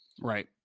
Right